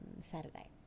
Saturday